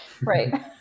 Right